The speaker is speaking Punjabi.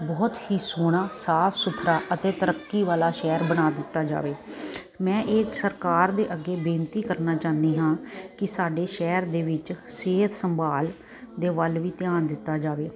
ਬਹੁਤ ਹੀ ਸੋਹਣਾ ਸਾਫ਼ ਸੁਥਰਾ ਅਤੇ ਤਰੱਕੀ ਵਾਲਾ ਸ਼ਹਿਰ ਬਣਾ ਦਿੱਤਾ ਜਾਵੇ ਮੈਂ ਇਹ ਸਰਕਾਰ ਦੇ ਅੱਗੇ ਬੇਨਤੀ ਕਰਨਾ ਚਾਹੁੰਦੀ ਹਾਂ ਕਿ ਸਾਡੇ ਸ਼ਹਿਰ ਦੇ ਵਿੱਚ ਸਿਹਤ ਸੰਭਾਲ ਦੇ ਵੱਲ ਵੀ ਧਿਆਨ ਦਿੱਤਾ ਜਾਵੇ